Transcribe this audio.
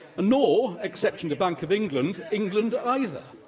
nor, except in the bank of england, england either.